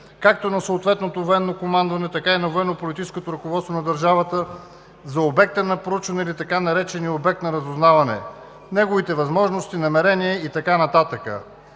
както на съответното военно командване, така и на военно-политическото ръководство на държавата за обекта на проучване или така наречения обект на разузнаване, неговите възможности, намерения и така нататък.